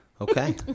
Okay